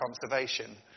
conservation